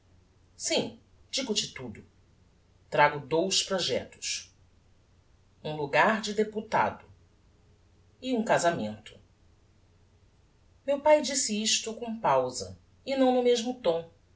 sim digo-te tudo trago dous projectos um logar de deputado e um casamento meu pae disse isto com pausa e não no mesmo tom